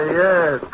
yes